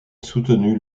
soutenu